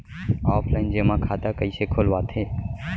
Offline जेमा खाता कइसे खोलवाथे?